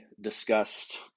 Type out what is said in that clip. discussed